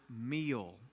meal